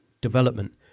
development